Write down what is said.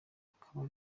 akaba